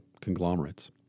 conglomerates